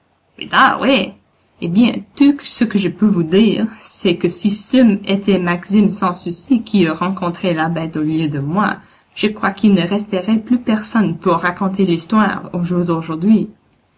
oui eh bien tout ce que je peux vous dire c'est que si c'eût été maxime sanssouci qui eut rencontré la bête au lieu de moi je crois qu'il ne resterait plus personne pour raconter l'histoire au jour d'aujourd'hui